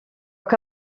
què